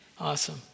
awesome